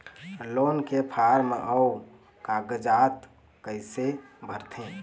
Loan के form अऊ कागजात कइसे भरथें?